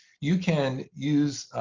you can use